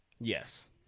Yes